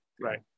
Right